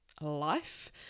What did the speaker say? life